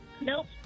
Nope